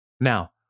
Now